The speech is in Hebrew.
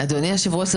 הפרוצדורה